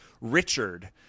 Richard